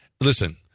listen